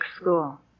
school